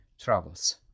travels